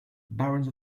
barons